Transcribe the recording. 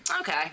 Okay